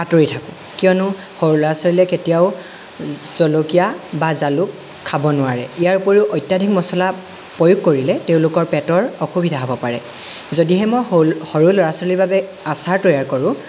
আঁতৰি থাকোঁ কিয়নো সৰু ল'ৰা ছোৱালীয়ে কেতিয়াও জলকীয়া বা জালুক খাব নোৱাৰে ইয়াৰ উপৰিও অত্যাধিক মছলা প্ৰয়োগ কৰিলে তেওঁলোকৰ পেটৰ অসুবিধা হ'ব পাৰে যদিহে মই সল সৰু ল'ৰা ছোৱালীৰ বাবে আচাৰ তৈয়াৰ কৰোঁ